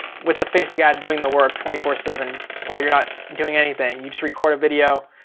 with the facebook ad doing the work twenty four seven while you're not doing anything. you just record a video,